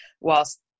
whilst